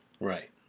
Right